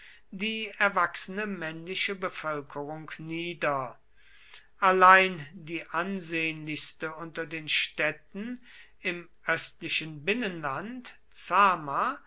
die erwachsene männliche bevölkerung nieder allein die ansehnlichste unter den städten im östlichen binnenland zama